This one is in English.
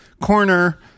corner